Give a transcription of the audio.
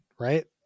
right